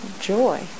joy